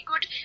good